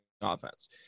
offense